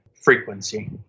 frequency